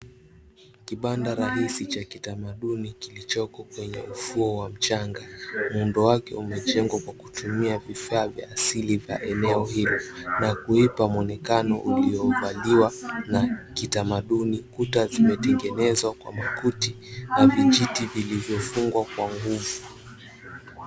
Kibanda rahisi cha kitamaduni kilichoko kwenye ufuo wa mchanga. Muundo wake umejengwa kwa kutumia vifaa vya asili vya eneo hili na kuipa muonekano uliovaliwa na kitamaduni. Kuta zimetengenezwa kwa makuti na vijiti vilivyofungwa kwa nguvu.